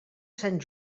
sant